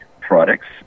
products